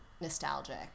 nostalgic